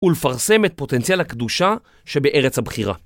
ולפרסם את פוטנציאל הקדושה שבארץ הבחירה.